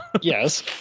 Yes